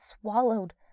swallowed